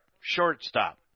Shortstop